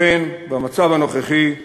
לכן, במצב הנוכחי,